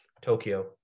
tokyo